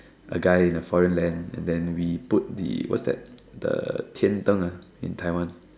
a guy in a foreign land and then we put the what's that the Tian-Deng ah in Taiwan